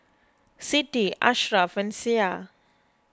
Siti Ashraff and Syah